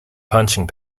punching